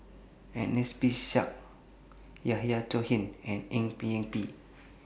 Ernest P Shanks Yahya Cohen and Eng Yee Peng